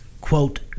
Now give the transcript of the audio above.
quote